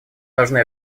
должны